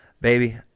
Baby